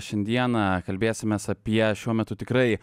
šiandieną kalbėsimės apie šiuo metu tikrai